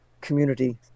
community